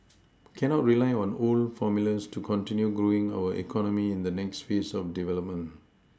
cannot rely on old formulas to continue growing our economy in the next phase of development